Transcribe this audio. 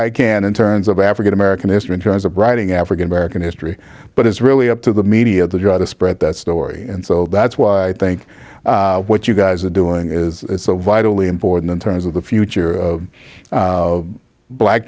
i can in terms of african american history in terms of writing african american history but it's really up to the media to try to spread that story and so that's why i think what you guys are doing is so vitally important in terms of the future